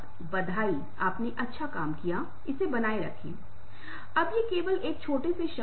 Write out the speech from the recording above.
क्योंकि आप देखते हैं कि कम से कम शब्दों में ज्यादातर मामलों में स्पष्ट अर्थ होते हैं